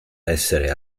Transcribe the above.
essere